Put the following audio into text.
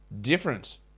different